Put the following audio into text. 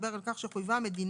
דיבר על כך שחויבה המדינה